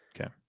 Okay